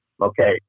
Okay